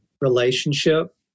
relationship